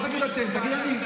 אל תגיד "אתם", תגיד "אני".